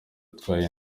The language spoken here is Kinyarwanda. atwaye